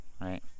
right